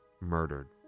murdered